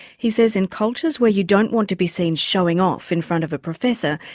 he says in cultures where you don't want to be seen showing off in front of a professor,